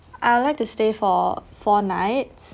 I would like to stay for four nights